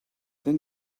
then